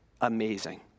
Amazing